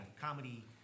comedy